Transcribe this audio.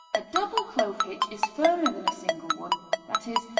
a double clove-hitch is firmer than a single one that is,